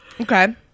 Okay